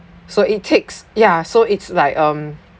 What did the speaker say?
so it takes yeah so it's like um